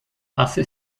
hace